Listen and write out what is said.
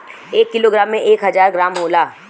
एक kilogram में एक हजार ग्राम होला